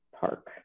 park